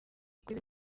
kuri